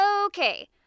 Okay